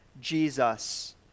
Jesus